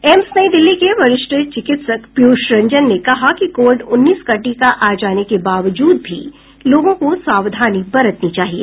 AIIMS Nai Delhi के वरिष्ठ चिकित्सक पीयूष रंजन ने कहा कि कोविड उन्नीस का टीका आ जाने के बावजूद भी लोगों को सावधानी बरतनी चाहिए